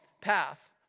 path